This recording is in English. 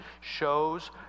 shows